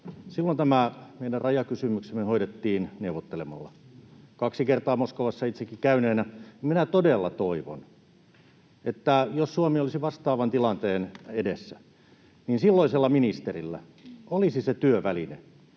2016 tämä meidän rajakysymyksemme hoidettiin neuvottelemalla. Kaksi kertaa Moskovassa itsekin käyneenä minä todella toivon, että jos Suomi olisi vastaavan tilanteen edessä, niin silloisella ministerillä olisi se työväline,